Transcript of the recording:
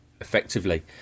effectively